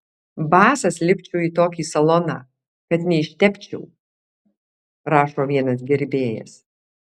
basas lipčiau į tokį saloną kad neištepčiau rašo vienas gerbėjas